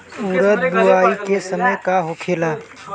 उरद बुआई के समय का होखेला?